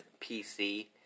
PC